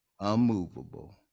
unmovable